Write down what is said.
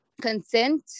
consent